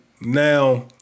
now